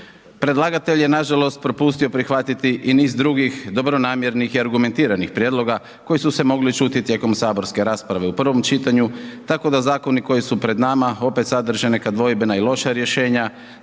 predlagatelj je nažalost propustio prihvatiti i niz drugih dobronamjernih i argumentiranih prijedloga koji su se mogli čuti tijekom saborske rasprave u prvom čitanju tako da zakoni koji su pred nama opet sadrže neka dvojbena i loša rješenja